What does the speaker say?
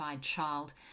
child